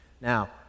Now